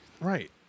Right